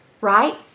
right